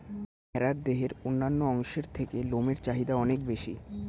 ভেড়ার দেহের অন্যান্য অংশের থেকে লোমের চাহিদা অনেক বেশি